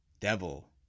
Devil